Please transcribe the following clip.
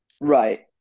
Right